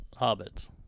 hobbits